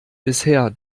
bisher